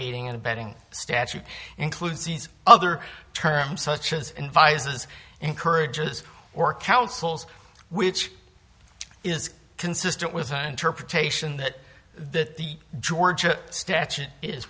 aiding and abetting statute includes these other terms such as invited as encourages or counsels which is consistent with an interpretation that the georgia